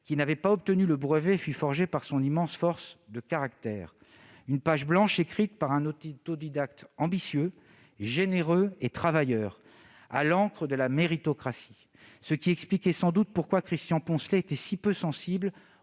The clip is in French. qui n'avait pas obtenu le brevet, fut forgé par son immense force de caractère ; une page blanche écrite par un autodidacte ambitieux, généreux et travailleur, à l'encre de la méritocratie, ce qui expliquait sans doute pourquoi Christian Poncelet était si peu sensible